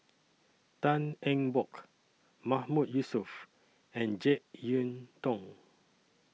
Tan Eng Bock Mahmood Yusof and Jek Yeun Thong